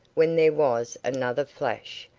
when there was another flash,